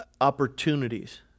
opportunities